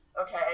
okay